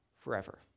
forever